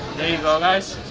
go guys!